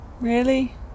Really